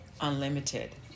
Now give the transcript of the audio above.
unlimited